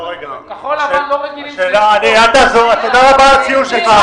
כחול לבן לא רגילים ש- -- תודה רבה על הציון שלך,